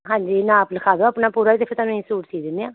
ਹਾਂਜੀ ਨਾਪ ਲਿਖਾ ਦਿਉ ਆਪਣਾ ਪੂਰਾ ਅਤੇ ਫਿਰ ਤੁਹਾਨੂੰ ਅਸੀਂ ਸੂਟ ਸੀ ਦਿੰਦੇ ਹਾਂ